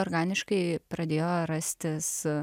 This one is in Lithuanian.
organiškai pradėjo rastis